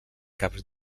camps